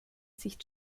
sich